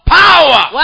power